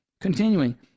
Continuing